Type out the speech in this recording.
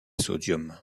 sodium